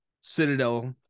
Citadel